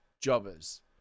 jobbers